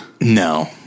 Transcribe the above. No